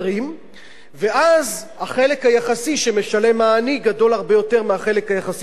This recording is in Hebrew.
ואז החלק היחסי שהעני משלם גדול הרבה יותר מהחלק היחסי שהעשיר משלם.